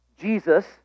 Jesus